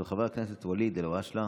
של חבר הכנסת ואליד אלהושלה,